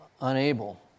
unable